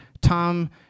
Tom